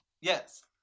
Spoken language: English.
Yes